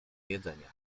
jedzenia